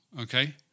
okay